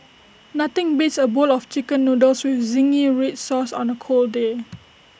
nothing beats A bowl of Chicken Noodles with Zingy Red Sauce on A cold day